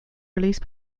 release